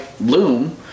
Loom